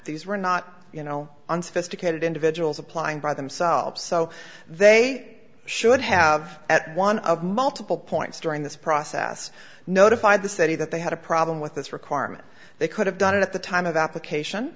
these were not you know unsophisticated individuals applying by themselves so they should have at one of multiple points during this process notified the city that they had a problem with this requirement they could have done it at the time of application